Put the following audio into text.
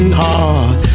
heart